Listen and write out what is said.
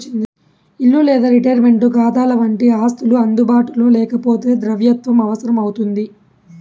ఇల్లు లేదా రిటైర్మంటు కాతాలవంటి ఆస్తులు అందుబాటులో లేకపోతే ద్రవ్యత్వం అవసరం అవుతుంది